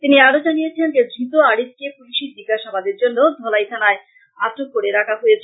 তিনি আরো জানিয়েছেন যে ধৃত আরিফকে পুলিশি জিজ্ঞাসা বাদের জন্য ধলাই থানায় আটক করে রাখা হয়েছে